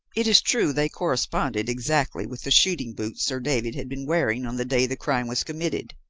it is true they corresponded exactly with the shooting-boots sir david had been wearing on the day the crime was committed.